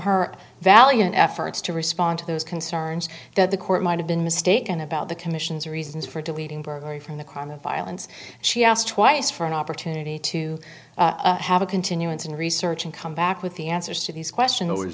her valiant efforts to respond to those concerns that the court might have been mistaken about the commission's reasons for deleting burglary from the crime of violence she asked twice for an opportunity to have a continuance in research and come back with the answers to these question